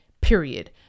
period